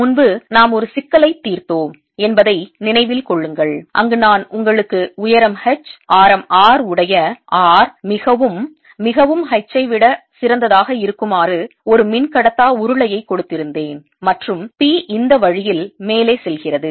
முன்பு நாம் ஒரு சிக்கலைத் தீர்த்தோம் என்பதை நினைவில் கொள்ளுங்கள் அங்கு நான் உங்களுக்கு உயரம் H ஆரம் R உடைய R மிகவும் மிகவும் H ஐ விட சிறந்ததாக இருக்குமாறு ஒரு மின்கடத்தா உருளையை கொடுத்திருந்தேன் மற்றும் P இந்த வழியில் மேலே செல்கிறது